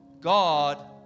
God